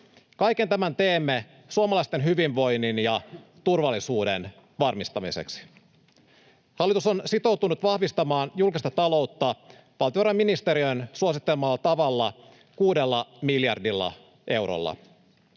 Kaiken tämän teemme suomalaisten hyvinvoinnin ja turvallisuuden varmistamiseksi. Hallitus on sitoutunut vahvistamaan julkista taloutta valtiovarainministeriön suosittelemalla tavalla kuudella miljardilla eurolla.